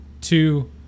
two